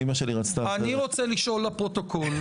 אני רוצה לשאול לפרוטוקול.